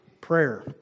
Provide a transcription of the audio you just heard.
Prayer